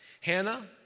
Hannah